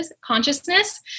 consciousness